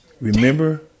Remember